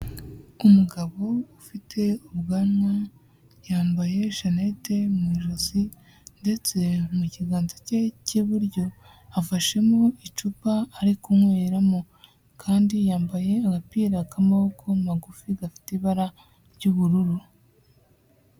Umugabo ufite ubwanwa yambaye shanete mu ijosi ndetse mu kiganza cye cy'iburyo afashemo icupa ari kunyweramo, kandi yambaye agapira k'amaboko magufi gafite ibara ry'ubururu.